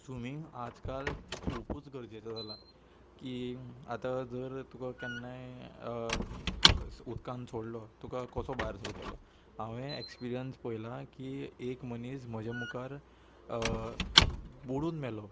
swimming आजकाल खुबूच गरजेचो जाला की आतां जर तुका केन्नाय उदकान सोडलो तुका कसो भायर सोडतोलो हांवें एक्सपिरियन्स पळयलां की एक मनीस म्हज्या मुखार बोडून मेलो